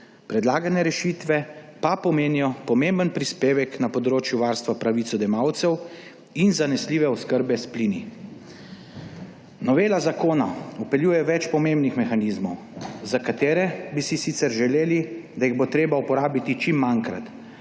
Predlagane rešitve pa pomenijo pomemben prispevek na področju varstva pravic odjemalcev in zanesljive oskrbe s plini. Novela zakona vpeljuje več pomembnih mehanizmov, za katere bi si sicer želeli, da jih bo treba uporabiti čim manjkrat,